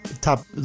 top